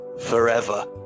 Forever